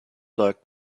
luck